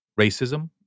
racism